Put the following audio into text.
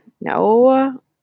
no